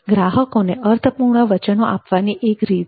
ગ્રાહકોને અર્થપૂર્ણ વચનો આપવાની એક રીત છે